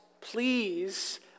please